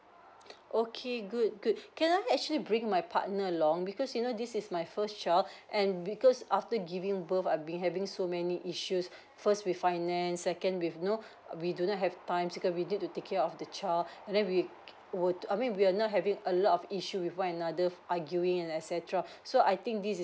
okay good good can I actually bring my partner along because you know this is my first child and because after giving birth I've been having so many issues first with finance second with you know we do not have time because we need to take care of the child and then we would I mean we're now having a lot of issues when err arguing and etcetera so I think this is